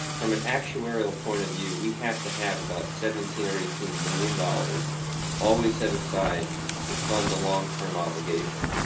from an actuarial point of view, we had to have about seventeen or eighteen million dollars always set aside to fund the long-term obligation.